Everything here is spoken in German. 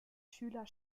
schüler